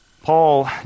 Paul